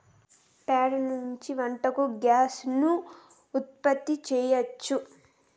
ప్యాడ నుంచి వంటకు గ్యాస్ ను ఉత్పత్తి చేయచ్చు